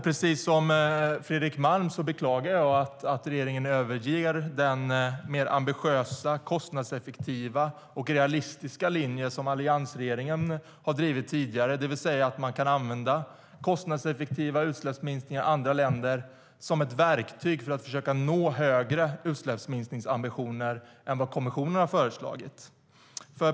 Precis som Fredrik Malm beklagar jag att regeringen överger den mer ambitiösa, kostnadseffektiva och realistiska linje som alliansregeringen har drivit tidigare, det vill säga att man kan använda kostnadseffektiva utsläppsminskningar i andra länder som ett verktyg för att försöka nå högre utsläppsminskningsambitioner än vad kommissionen har föreslagit.